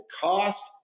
cost